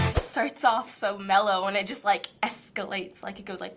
starts off so mellow and it just like escalates. like it goes, like